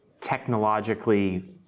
technologically